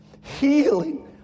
healing